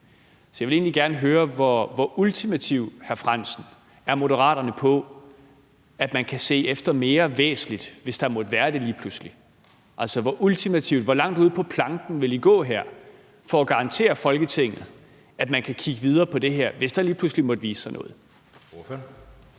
Så jeg vil egentlig gerne høre, hvor ultimative, hr. Henrik Frandsen, Moderaterne er på, at man kan se efter mere, der er væsentligt, hvis der måtte være det lige pludselig? Altså, hvor ultimativt er det? Hvor langt ud på planken vil I gå her for at garantere Folketinget, at man kan kigge videre på det her, hvis der lige pludselig måtte vise sig noget?